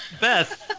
Beth